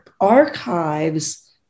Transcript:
archives